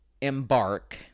embark